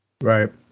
Right